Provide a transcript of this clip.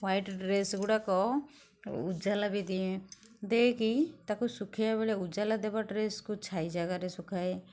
white ଡ୍ରେସଗୁଡ଼ାକ ଉଜାଲା ବି ଦିଏ ଦେଇକି ତାକୁ ଶୁଖେଇଲା ବେଳେ ଉଜାଲା ଦେବା ଡ୍ରେସ୍କୁ ଛାଇ ଜାଗାରେ ଶୁଖାଏ